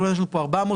יש לנו פה 400,